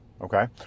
okay